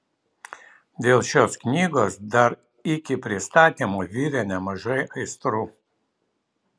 dėl šios knygos dar iki pristatymo virė nemažai aistrų